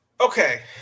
Okay